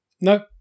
No